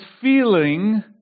feeling